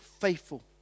faithful